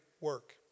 work